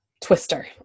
twister